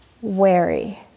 wary